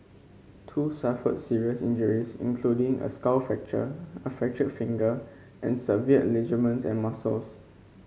two suffered serious injuries including a skull fracture a fractured finger and severed ligaments and muscles